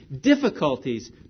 difficulties